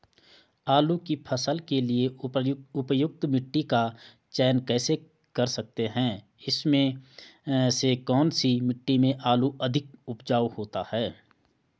आलू की फसल के लिए उपयुक्त मिट्टी का चयन कैसे कर सकते हैं इसमें से कौन सी मिट्टी में आलू अधिक उपजाऊ होता है?